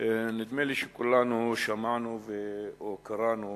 נדמה לי שכולנו שמענו או קראנו